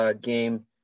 game